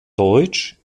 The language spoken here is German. deutsch